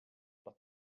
but